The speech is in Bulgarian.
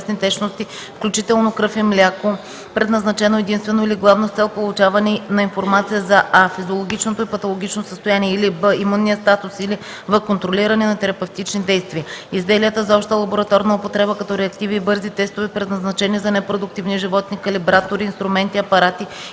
включително кръв и мляко, предназначено единствено или главно с цел получаване на информация за: а) физиологичното или патологичното състояние, или б) имунния статус, или в) контролиране на терапевтични действия. Изделията за обща лабораторна употреба като реактиви и бързи тестове, предназначени за непродуктивни животни, калибратори, инструменти, апарати